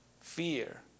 fear